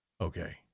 Okay